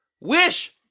wish